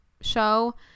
show